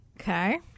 Okay